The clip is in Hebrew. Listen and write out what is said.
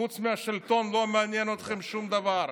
חוץ מהשלטון לא מעניין אתכם שום דבר.